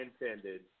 intended